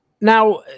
Now